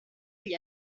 gli